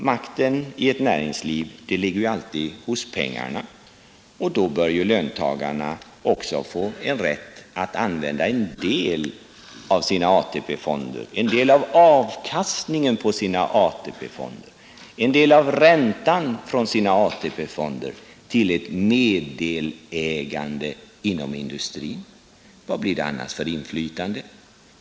Makten i näringslivet ligger ju alltid hos pengarna, och då bör löntagarna också få rätt att använda en del av avkastningen, en del av räntan på sina ATP-fonder till ett meddelägande inom industrin. Vad blir det annars för inflytande?